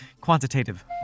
Quantitative